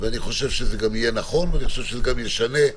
אני חושב שזה יהיה נכון וזה ישנה.